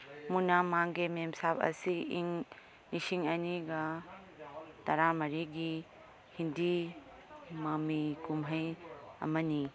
ꯃꯨꯟꯅꯥ ꯃꯥꯡꯒꯦ ꯃꯦꯝꯁꯥꯕ ꯑꯁꯤ ꯏꯪ ꯂꯤꯁꯤꯡ ꯑꯅꯤꯒ ꯇꯔꯥꯃꯔꯤꯒꯤ ꯍꯤꯟꯗꯤ ꯃꯃꯤ ꯀꯨꯝꯍꯩ ꯑꯃꯅꯤ